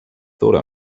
thought